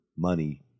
money